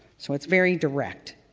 so it's very direct,